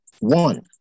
One